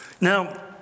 Now